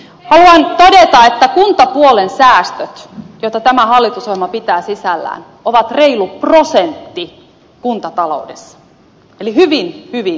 haluan todeta että kuntapuolen säästöt joita tämä hallitusohjelma pitää sisällään ovat reilu prosentti kuntataloudessa eli hyvin hyvin pieni osa